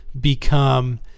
become